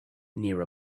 near